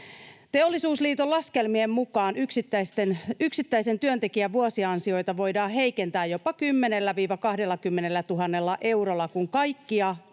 Teollisuusliiton laskelmien mukaan yksittäisen työntekijän vuosiansioita voidaan heikentää jopa 10 000—20 000 eurolla, kun kaikkia